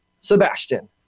Sebastian